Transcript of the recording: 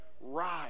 Rise